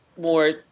more